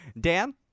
Dan